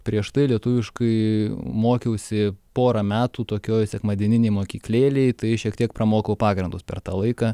prieš tai lietuviškai mokiausi porą metų tokioj sekmadieninėj mokyklėlėj tai šiek tiek pramokau pagrindus per tą laiką